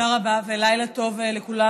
תודה רבה ולילה טוב לכולם.